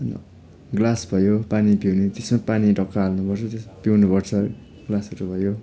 होइन ग्लास भयो पानी पिउने त्यसमा पानी टक्क हाल्नुपर्छ त्यसमा पिउनुपर्छ है ग्लासहरू भयो